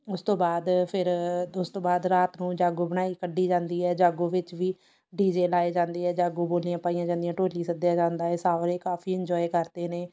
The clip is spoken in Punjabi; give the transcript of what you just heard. ਉਸ ਤੋਂ ਬਾਅਦ ਫਿਰ ਉਸ ਤੋਂ ਬਾਅਦ ਰਾਤ ਨੂੰ ਜਾਗੋ ਬਣਾਈ ਕੱਢੀ ਜਾਂਦੀ ਹੈ ਜਾਗੋ ਵਿੱਚ ਵੀ ਡੀ ਜੇ ਲਾਏ ਜਾਂਦੇ ਹੈ ਜਾਗੋ ਬੋਲੀਆਂ ਪਾਈਆਂ ਜਾਂਦੀਆਂ ਢੋਲੀ ਸੱਦਿਆ ਜਾਂਦਾ ਏ ਸਾਰੇ ਕਾਫੀ ਇੰਜੋਏ ਕਰਦੇ ਨੇ